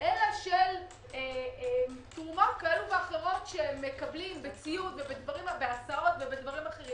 אלא של תרומות כאלה ואחרות שמקבלים בציוד ובהסעות ובדברים אחרים.